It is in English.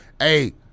Hey